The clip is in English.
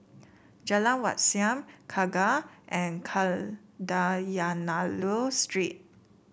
Jalan Wat Siam Kangkar and Kadayanallur Street